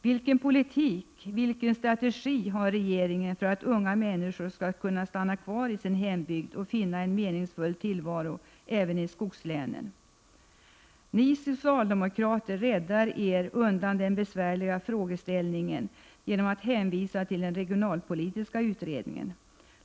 Vilken politik, vilken strategi har regeringen för att unga människor skall stanna kvar i sin hembygd och finna en meningsfull tillvaro även i skogslänen? Ni socialdemokrater räddar er undan den besvärliga frågeställningen genom att hänvisa till den regionalpolitiska utredningen.